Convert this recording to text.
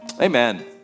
Amen